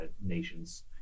nations